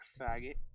faggot